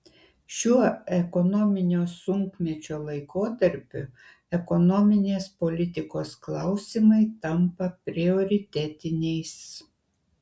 šiuo ekonominio sunkmečio laikotarpiu ekonominės politikos klausimai tampa prioritetiniais